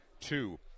two